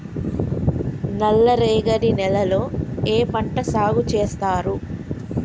నల్లరేగడి నేలల్లో ఏ పంట సాగు చేస్తారు?